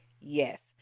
yes